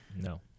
No